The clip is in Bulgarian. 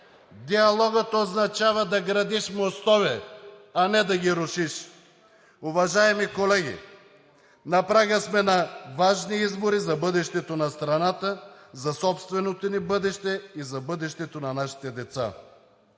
диалогът означава да градиш мостове, а не да ги рушиш. Уважаеми колеги, на прага сме на важни избори за бъдещето на страната, за собственото ни бъдеще и за бъдещето на нашите деца.